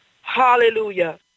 Hallelujah